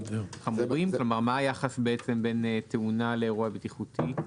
כלומר, מה היחס בין תאונה לאירוע בטיחותי?